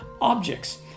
objects